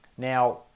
Now